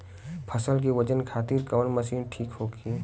फसल के वजन खातिर कवन मशीन ठीक होखि?